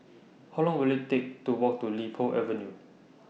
How Long Will IT Take to Walk to Li Po Avenue